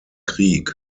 krieg